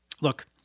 Look